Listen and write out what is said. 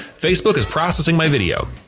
facebook is processing my video.